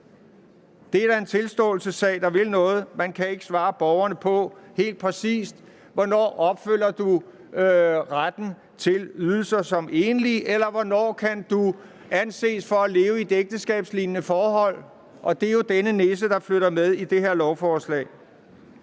Det er da en tilståelsessag, der vil noget. Man kan ikke svare borgerne helt præcist på, hvornår de opfylder kravene for at modtage ydelser som enlig, eller hvornår de kan anses for at leve i et ægteskabslignende forhold. Og det er jo denne nisse, der flytter med i det her lovforslag.